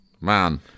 Man